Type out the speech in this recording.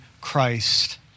Christ